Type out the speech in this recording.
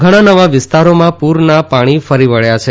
ઘણા નવા વિસ્તારોમાં પૂરના ૌાણી ફરી વળ્યા છે